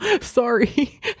sorry